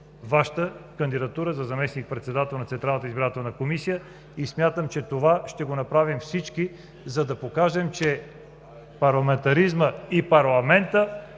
Вашата кандидатура за заместник-председател на Централна избирателна комисия. Смятам, че това ще направим всички, за да покажем, че парламентаризмът и парламентът